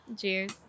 Cheers